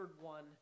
one